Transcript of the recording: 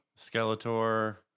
Skeletor